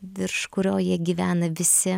virš kurio jie gyvena visi